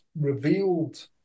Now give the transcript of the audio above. revealed